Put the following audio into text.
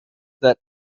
that